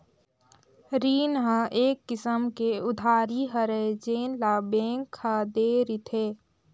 रीन ह एक किसम के उधारी हरय जेन ल बेंक ह दे रिथे